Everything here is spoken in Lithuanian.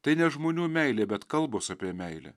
tai ne žmonių meilė bet kalbos apie meilę